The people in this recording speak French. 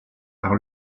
par